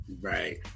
Right